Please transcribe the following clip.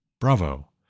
Bravo